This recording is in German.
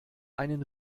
einen